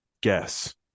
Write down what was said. guess